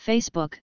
Facebook